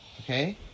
Okay